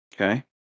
Okay